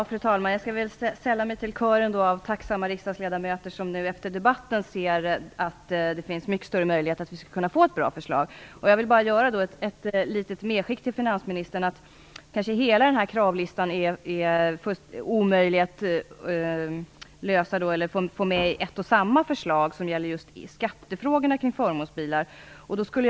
Fru talman! Jag skall väl sälla mig till kören av tacksamma riksdagsledamöter som ser att det nu efter debatten finns mycket större möjligheter att få ett bra förslag. Jag vill bara skicka med finansministern att det kanske inte är möjligt att i ett och samma förslag om skattefrågorna kring förmånsbilar tillgodose hela kravlistan.